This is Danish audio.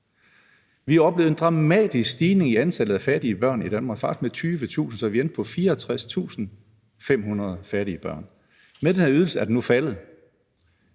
Vi oplevede en dramatisk stigning i antallet af fattige børn i Danmark, faktisk på 20.000, så vi endte på 64.500 fattige børn. Med den her ydelse er det antal nu faldet.